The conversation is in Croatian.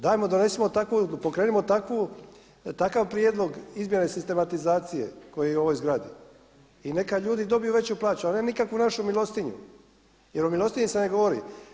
Dajmo donesimo takvu, pokrenimo takav prijedlog izmjene sistematizacije koji je u ovoj zgradi i neka ljudi dobiju veću plaću, a ne nikakvu našu milostinju, jer o milostinji se ne govori.